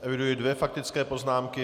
Eviduji dvě faktické poznámky.